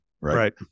right